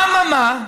אממה,